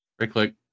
right-click